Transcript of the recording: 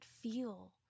feel